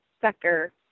sucker